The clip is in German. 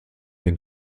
dem